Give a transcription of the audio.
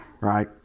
right